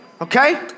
okay